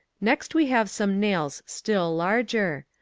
next we have some nails still larger.